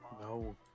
No